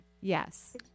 Yes